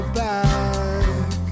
back